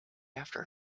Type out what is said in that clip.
after